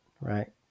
right